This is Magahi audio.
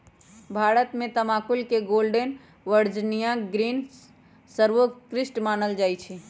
भारत में तमाकुल के गोल्डन वर्जिनियां ग्रीन सर्वोत्कृष्ट मानल जाइ छइ